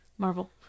Marvel